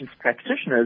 practitioners